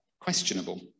questionable